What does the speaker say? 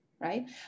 right